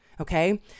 Okay